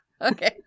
Okay